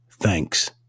Thanks